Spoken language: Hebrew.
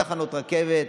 תחנות רכבת.